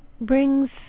brings